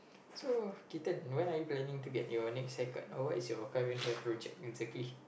so Keaton when are you planning to get your next haircut or what is your current hair project exactly